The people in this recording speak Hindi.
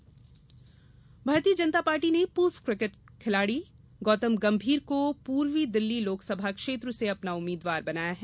प्रत्याशी सूची भारतीय जनता पार्टी ने पूर्व क्रिकेट खिलाड़ी गौतम गंभीर को पूर्वी दिल्ली लोकसभा क्षेत्र से अपना उम्मीदवार बनाया है